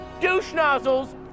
douche-nozzles